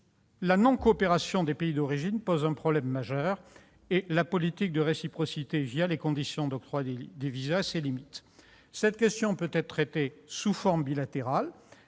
la non-coopération des pays d'origine qui pose un problème majeur et la politique de réciprocité les conditions d'octroi des visas qui a ses limites. Cette question peut être traitée sous forme bilatérale-